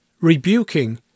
rebuking